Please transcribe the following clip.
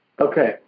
Okay